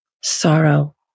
sorrow